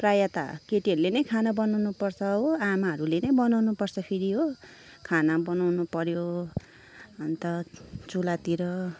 प्राय त केटीहरूले नै खाना बनाउनु पर्छ हो आमाहरूले नै बनाउनु पर्छ फेरि हो खाना बनाउनु पऱ्यो अन्त चुलातिर